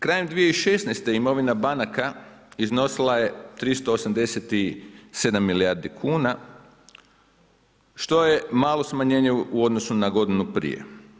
Krajem 2016. imovina banaka iznosila je 387 milijardi kuna, što je malo smanjenje u odnosu na godinu prije.